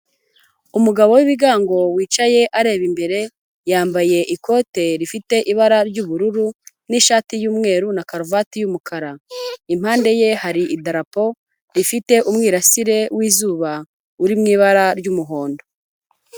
Umugabo w' ibigango wicaye areba imbere, yambaye ikote rifite ibara ry'ubururu, n'ishati y'umweru na karuvati y'umukara, impande ye haridarapo, rifite umwirasire wizuba, uri mu ibara ry'umuhondo.